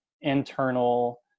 internal